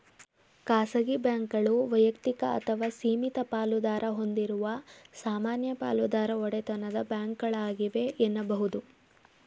ಖಾಸಗಿ ಬ್ಯಾಂಕ್ಗಳು ವೈಯಕ್ತಿಕ ಅಥವಾ ಸೀಮಿತ ಪಾಲುದಾರ ಹೊಂದಿರುವ ಸಾಮಾನ್ಯ ಪಾಲುದಾರ ಒಡೆತನದ ಬ್ಯಾಂಕ್ಗಳಾಗಿವೆ ಎನ್ನುಬಹುದು